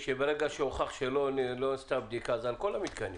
ברגע שהוכח שלא נעשתה בדיקה, זה על כל המתקנים.